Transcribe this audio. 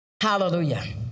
Hallelujah